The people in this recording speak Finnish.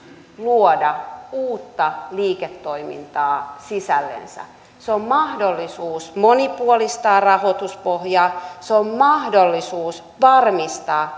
luoda uutta liiketoimintaa sisällensä se on mahdollisuus monipuolistaa rahoituspohjaa se on mahdollisuus varmistaa